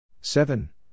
seven